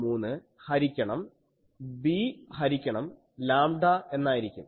443 ഹരിക്കണം b ഹരിക്കണം lambda എന്നായിരിക്കും